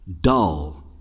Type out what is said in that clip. dull